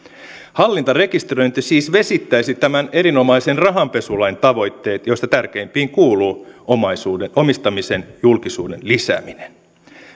hallintarekisteröinti siis vesittäisi tämän erinomaisen rahanpesulain tavoitteet joista tärkeimpiin kuuluu omistamisen julkisuuden lisääminen